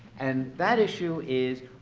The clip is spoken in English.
and that issue is,